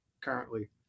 currently